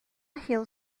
hill